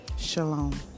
Shalom